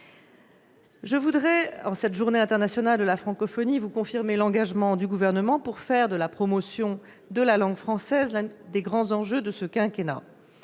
vos attentes. En cette Journée internationale de la francophonie, je veux vous confirmer l'engagement du Gouvernement pour faire de la promotion de la langue française l'un des grands enjeux de ce quinquennat.